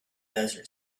desert